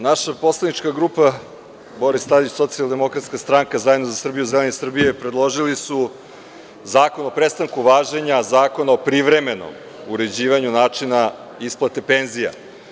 Naša poslanička grupa Boris Tadić, Socijaldemokratska stranka, Zajedno za Srbiju, Zeleni Srbije predložili su zakon o prestanku važenja Zakona o privremenom uređivanju načina isplate penzija.